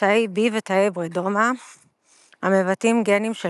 תאי B ותאי היברידומה המבטאים גנים של